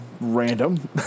Random